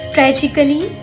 Tragically